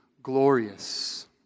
Glorious